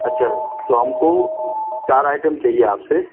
अच्छा तो हमको चार आइटम चाहिए आप से